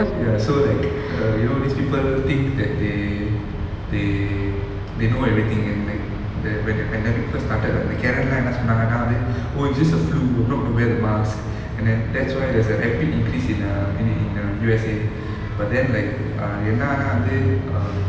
ya so like err you know these people think that they they they know everything and like the when the pandemic first started karen லாம் என்ன சொன்னாங்கன்னா அது:lam enna sonnanganna adhu oh it's just a flu I'm not gonna wear the mask and then that's why there's a rapid increase in err in in in err U_S_A but then like என்ன ஆனா வந்து:enna aana vanthu um